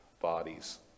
bodies